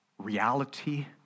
reality